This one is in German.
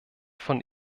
von